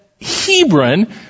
Hebron